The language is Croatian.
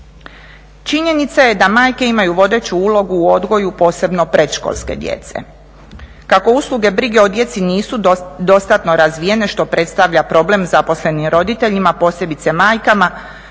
Činjenica je da majke imaju vodeću ulogu u odgoju, posebno predškolske djece. Kako usluge brige o djeci nisu dostatno razvijene što predstavlja problem zaposlenim roditeljima, posebice majkama